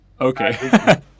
Okay